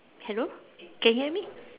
hello can hear me